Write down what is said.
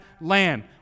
land